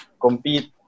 compete